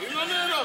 אני לא נעלב.